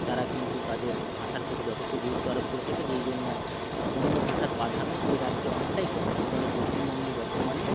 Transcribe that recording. তারা কিন্তু তাদের ভাষার প্রতি যথেষ্ট গুরুত্ব আরোপ করে থাকে যেই জন্য অন্য ভাষার প্রাধান্য সেই রাজ্যে অনেকটাই কম কিন্তু আমাদের পশ্চিমবঙ্গে বর্তমানে